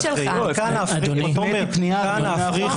תפנה